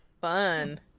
Fun